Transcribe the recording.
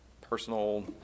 personal